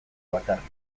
bakarrik